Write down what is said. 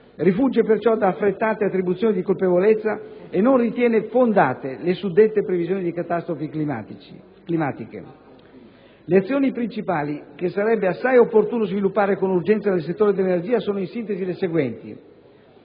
Rifugge perciò da affrettate attribuzioni di colpevolezza e non ritiene fondate le suddette previsioni di catastrofi climatiche. Le azioni principali che sarebbe assai opportuno sviluppare con urgenza nel settore dell'energia sono in sintesi le seguenti.